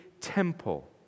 temple